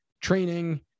training